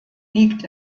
liegt